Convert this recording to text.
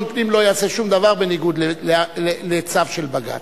פנים לא יעשה שום דבר בניגוד לצו של בג"ץ.